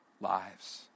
lives